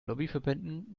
lobbyverbänden